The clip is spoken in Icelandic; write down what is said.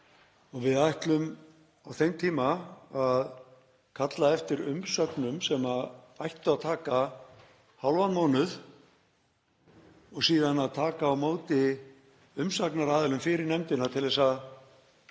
16. nóvember, náum við að kalla eftir umsögnum sem ættu að taka hálfan mánuð og síðan að taka á móti umsagnaraðilum fyrir nefndinni til þess að